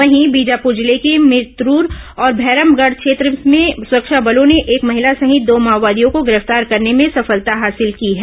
वहीं बीजापुर जिले के भिरतुर और भैरमगढ़ क्षेत्र से सुरक्षा बलों ने एक महिला सहित दो माओवादियों को गिरफ्तार करने में सफलता हासिल की है